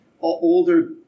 older